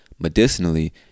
medicinally